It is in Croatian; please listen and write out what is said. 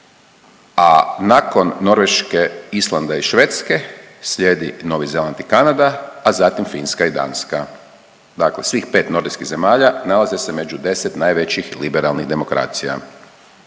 A nakon Norveške, Islanda i Švedske slijedi Novi Zeland i Kanada, a zatim Finska i Danska. Dakle, svih 5 nordijskih zemalja nalaze se među 10 najvećih liberalnih demokracija.